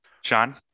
Sean